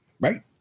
right